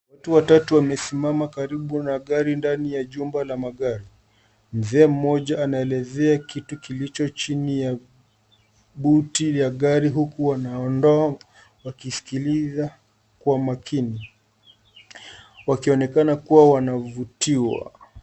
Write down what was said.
Watu watatu wamesimama karibu na gari ndani ya jumba la magari. Mzee mmoja anaelezea kitu kilicho chini ya buti ya gari huku wanaoondoa wakisikiliza kwa makini, wakionekana kuwa wanavutiwa.